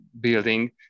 building